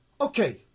Okay